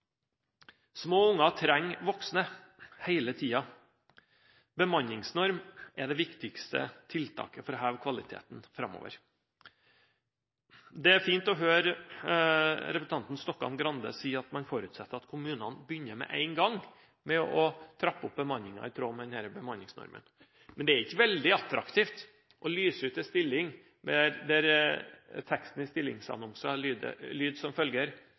Små unger trenger voksne – hele tiden. Bemanningsnorm er det viktigste tiltaket for å heve kvaliteten framover. Det er fint å høre representanten Stokkan-Grande si at man forutsetter at kommunen begynner med en gang å trappe opp bemanningen i tråd med denne bemanningsnormen. Men det er ikke veldig attraktivt å lyse ut en stilling der teksten i stillingsannonsen lyder som følger: «Tiltredelse 2020». «Snart» er